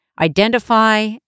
identify